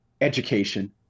education